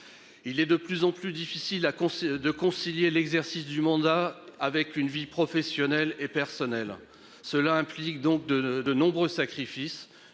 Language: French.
Il est de plus en plus difficile à construire de concilier l'exercice du mandat avec une vie professionnelle et personnelle. Cela implique donc de, de nombreux sacrifices.